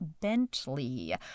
Bentley